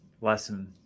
lesson